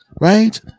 right